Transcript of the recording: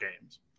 games